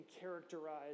characterize